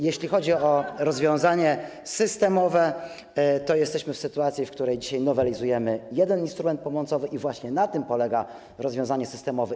Jeśli chodzi o rozwiązania systemowe, to jesteśmy w sytuacji, w której dzisiaj nowelizujemy jeden instrument pomocowy - i właśnie na tym polega rozwiązanie systemowe.